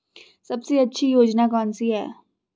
सबसे अच्छी योजना कोनसी है?